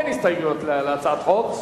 ואין הסתייגויות להצעת החוק.